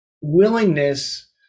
willingness